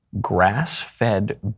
grass-fed